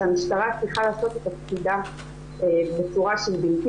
שהמשטרה צריכה לעשות את תפקידה בצורה שהיא בלתי